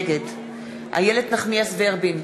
נגד איילת נחמיאס ורבין,